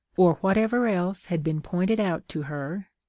or whatever else had been pointed out to her,